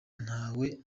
ntawe